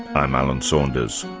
i'm alan saunders.